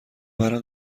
برام